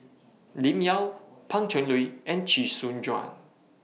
Lim Yau Pan Cheng Lui and Chee Soon Juan